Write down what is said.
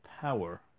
power